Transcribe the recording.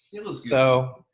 so,